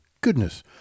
goodness